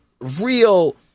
real